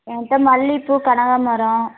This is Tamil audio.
எங்கிட்ட மல்லிப்பூ கனகாமரம்